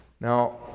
Now